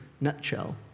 nutshell